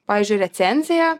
pavyzdžiui recenziją